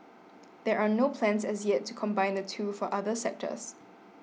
there are no plans as yet to combine the two for other sectors